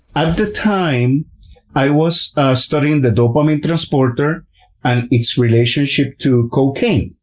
at the time i was studying the dopamine transporter and its relationship to cocaine,